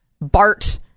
BART